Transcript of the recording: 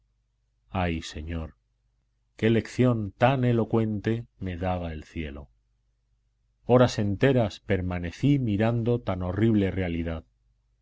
ay señor qué lección tan elocuente me daba el cielo horas enteras permanecí mirando tan horrible realidad